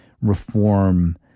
reform